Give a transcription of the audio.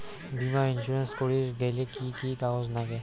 বীমা ইন্সুরেন্স করির গেইলে কি কি কাগজ নাগে?